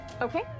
Okay